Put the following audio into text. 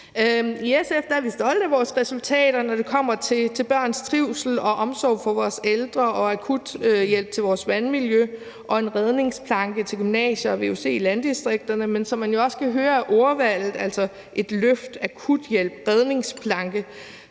I SF er vi stolte af vores resultater, når det kommer til børns trivsel og omsorg for vores ældre, akuthjælp til vores vandmiljø og en redningsplanke til gymnasier og vuc i landdistrikterne. Men som man jo også kan høre af ordvalget – altså et løft, akuthjælp, redningsplanke